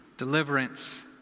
deliverance